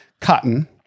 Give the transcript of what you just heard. cotton